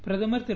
பிரதமர் திரு